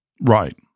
Right